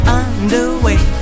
underway